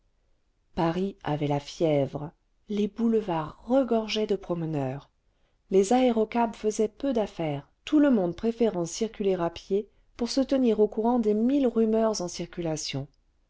paris avait la fièvre les boulevards regorgeaient de promeneurs les aérocabs faisaient peu d'affaires tout le monde préférant circuler à pied pour se tenir au courant des mille rumeurs en circulation